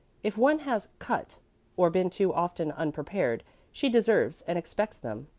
if one has cut or been too often unprepared she deserves and expects them,